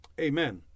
Amen